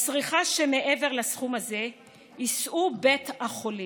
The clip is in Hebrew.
בצריכה שמעבר לסכום הזה יישאו בתי החולים.